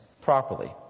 properly